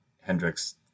Hendrix